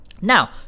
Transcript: now